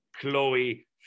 Chloe